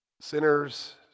Sinners